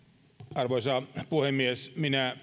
arvoisa puhemies minä